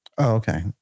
Okay